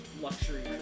luxury